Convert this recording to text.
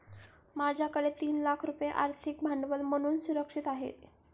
माझ्याकडे तीन लाख रुपये आर्थिक भांडवल म्हणून सुरक्षित आहेत